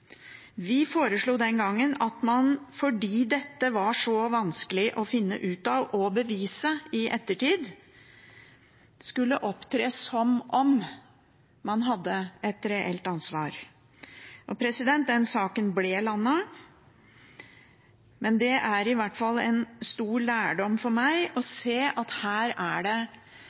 Vi foreslo den gangen at man, fordi dette var så vanskelig å finne ut av og bevise i ettertid, skulle opptre som om man hadde et reelt ansvar. Den saken ble landet, men det er i hvert fall en stor lærdom for meg å se at her er det